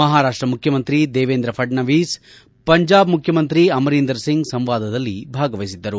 ಮಹಾರಾಷ್ಟ ಮುಖ್ಯಮಂತ್ರಿ ದೇವೇಂದ್ರ ಪದಣವಿಸ್ ಪಂಜಾಬ್ ಮುಖ್ಯಮಂತ್ರಿ ಅಮರೀಂಧರ್ ಸಿಂಗ್ ಸಂವಾದದಲ್ಲಿ ಭಾಗವಹಿಸಿದ್ದರು